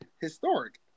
historic